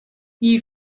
you